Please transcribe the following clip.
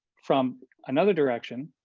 from another direction,